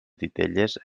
titelles